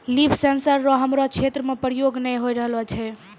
लिफ sensor रो हमरो क्षेत्र मे प्रयोग नै होए रहलो छै